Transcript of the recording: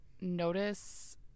notice